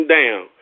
down